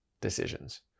decisions